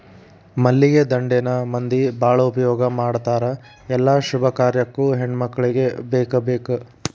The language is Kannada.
ಮಲ್ಲಿಗೆ ದಂಡೆನ ಮಂದಿ ಬಾಳ ಉಪಯೋಗ ಮಾಡತಾರ ಎಲ್ಲಾ ಶುಭ ಕಾರ್ಯಕ್ಕು ಹೆಣ್ಮಕ್ಕಳಿಗೆ ಬೇಕಬೇಕ